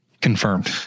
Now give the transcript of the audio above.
Confirmed